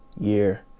year